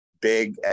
big